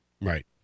Right